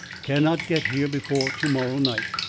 cannot get here before to-morrow night.